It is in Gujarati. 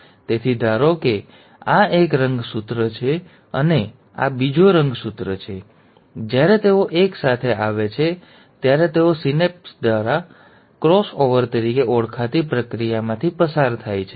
તેથી ધારો કે આ એક રંગસૂત્ર છે અને આ બીજો રંગસૂત્ર છે જ્યારે તેઓ એકસાથે આવે છે ત્યારે તેઓ સિનેપ્સ અથવા ક્રોસ ઓવર તરીકે ઓળખાતી પ્રક્રિયામાંથી પસાર થાય છે